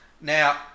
now